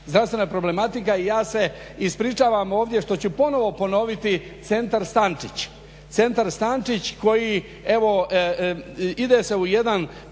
zdravstvena problematika. Ja se ispričavam ovdje što ću ponovo ponoviti centar Stančić koji evo ide se u jedan